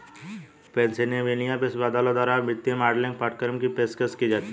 Pennsylvania विश्वविद्यालय द्वारा वित्तीय मॉडलिंग पाठ्यक्रम की पेशकश की जाती हैं